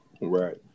right